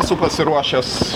esu pasiruošęs